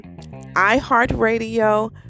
iHeartRadio